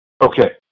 Okay